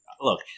look